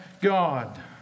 God